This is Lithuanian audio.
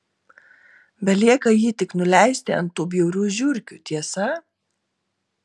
belieka jį tik nuleisti ant tų bjaurių žiurkių tiesa